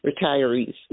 retirees